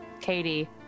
Katie